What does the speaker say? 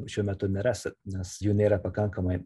šiuo metu nerasit nes jų nėra pakankamai